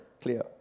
clear